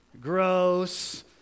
gross